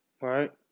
right